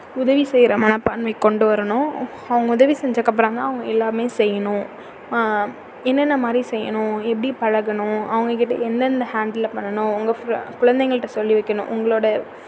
உதவி செய்கிற மனப்பான்மை கொண்டு வரணும் அவங்க உதவி செஞ்சதுக்கு அப்புறந்தான் அவங்க எல்லாமே செய்யணும் என்னென்ன மாதிரி செய்யணும் எப்படி பழகணும் அவங்கக்கிட்டே எந்தெந்த ஹேண்டில்ல பண்ணணும் அவங்க குழந்தைகள்ட்ட சொல்லி வைக்கணும் உங்களோடய